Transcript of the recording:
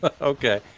Okay